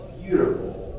beautiful